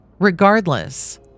regardless